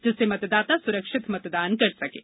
जिससे मतदाता सुरक्षित मतदान कर सकें